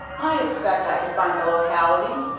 i expect i could find the locality,